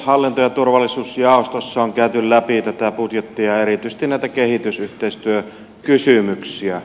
hallinto ja turvallisuusjaostossa on käyty läpi tätä budjettia erityisesti näitä kehitysyhteistyökysymyksiä